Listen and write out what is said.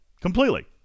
completely